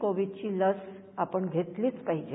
कोविडची लस आपण घेतलीच पाहिजे